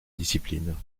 discipline